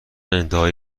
انتهای